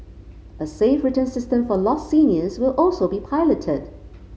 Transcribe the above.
a safe return system for lost seniors will also be piloted